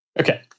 Okay